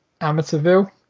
Amateurville